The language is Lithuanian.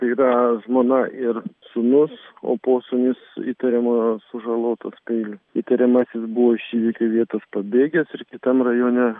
tai yra žmona ir sūnus o posūnis įtariamojo sužalotas peiliu įtariamasis buvo iš įvykio vietos pabėgęs ir kitam rajone